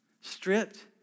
Stripped